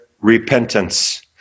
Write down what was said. repentance